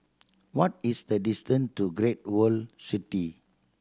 what is the distance to Great World City